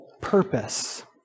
purpose